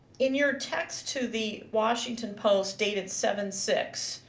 in your text to the washington post dated seven six,